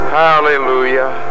hallelujah